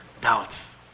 Doubts